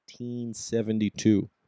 1972